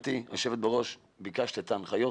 גברתי היושבת-ראש, ביקשת את ההנחיות.